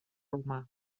romà